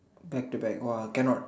back to back !wow! cannot